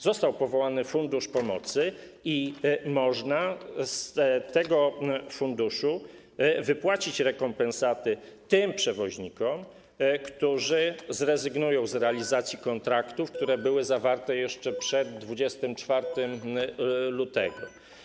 Został powołany fundusz pomocy i można z tego funduszu wypłacić rekompensaty tym przewoźnikom, którzy zrezygnują z realizacji kontraktów zawartych jeszcze przed 24 lutego.